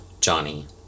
Johnny